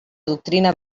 doctrina